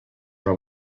però